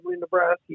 Nebraska